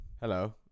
hello